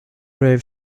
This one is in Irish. raibh